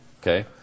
Okay